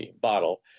bottle